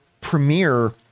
premiere